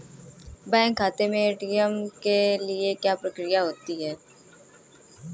Bank खाते में ATM के लिए क्या प्रक्रिया होती है?